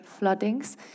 floodings